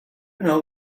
know